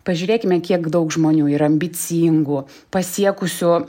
pažiūrėkime kiek daug žmonių ir ambicingų pasiekusių